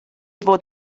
fod